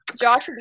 Josh